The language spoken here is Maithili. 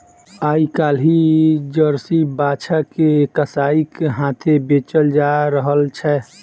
आइ काल्हि जर्सी बाछा के कसाइक हाथेँ बेचल जा रहल छै